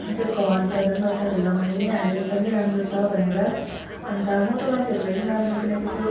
त्यसको हर्न त झन् मैले तपाईँलाई भनि नै हालेँ एकदमै राम्रो छ भनेर अनि त मोटो मान्छेहरूको लागि पनि राम्रो हो किनकि त्यो